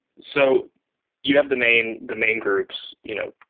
so you have the main the main groups, you know